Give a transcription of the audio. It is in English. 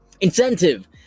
Incentive